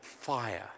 fire